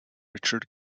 richard